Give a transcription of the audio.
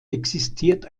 existiert